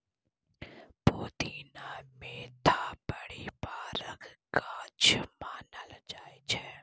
पोदीना mentha परिबारक गाछ मानल जाइ छै